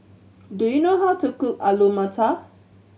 do you know how to cook Alu Matar